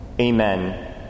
Amen